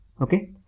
Okay